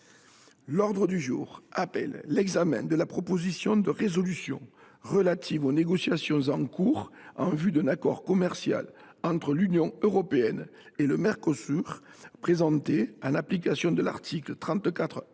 groupe Les Républicains, l’examen de la proposition de résolution relative aux négociations en cours en vue d’un accord commercial entre l’Union européenne et le Mercosur présentée, en application de l’article 34 1